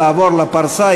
לעבור לפרסה,